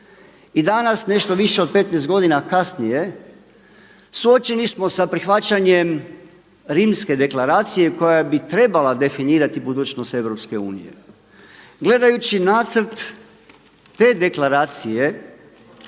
I danas nešto više od 15 godina kasnije suočeni smo sa prihvaćanjem Rimske deklaracije koja bi trebala definirati budućnost EU. Gledajući nacrt te deklaracije,